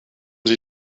sie